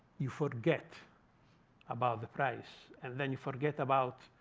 you forget about the price. and then you forget about